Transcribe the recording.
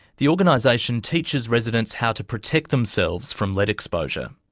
the organisation teaches residents how to protect themselves from lead exposure.